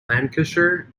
lancashire